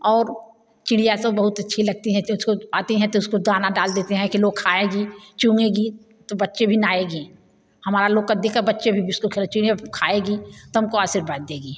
और चिड़िया सब बहुत अच्छी लगती है जब उसको आती हैं तो उसको दाना डाल देते हैं कि लोग खाएगी चुंगेगी तो बच्चे भी नाएगे हमारा लोग का देख के बच्चे भी खाएगी तुमको आशीर्वाद देगी